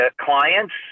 clients